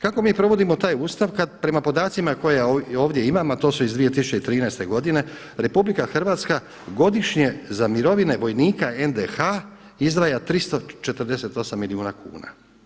Kako mi provodimo taj Ustav kada prema podacima koje ovdje imam a to su iz 2013. godine RH godišnje za mirovine vojnika NDH izdvaja 348 milijuna kuna.